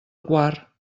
quar